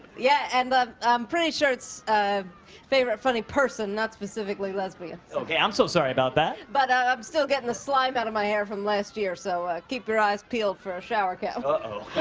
yeah, and i'm pretty sure it's ah favorite funny person, not specifically lesbian. okay. i'm so sorry about that. but ah i'm still gettin' the slime outta my hair from last year, so, ah keep your eyes peeled for a shower cap. uh-oh.